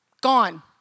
gone